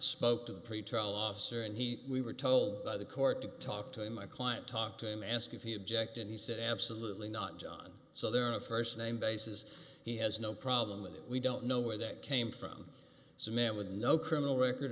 spoke to the pretrial officer and he we were told by the court to talk to my client talk to him ask if he objected he said absolutely not john so they're on a st name basis he has no problem with it we don't know where that came from so man with no criminal record